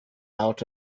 out